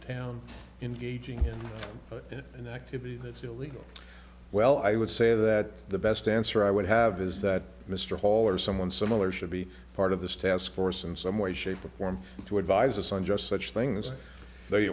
town in gauging an activity that's illegal well i would say that the best answer i would have is that mr hall or someone similar should be part of this task force in some way shape or form to advise us on just such things they